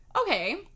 Okay